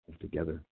together